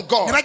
God